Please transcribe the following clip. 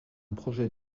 projet